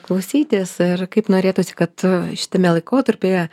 klausytis ir kaip norėtųsi kad šitame laikotarpyje